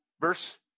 Verse